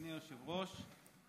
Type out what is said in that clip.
אדוני היושב-ראש.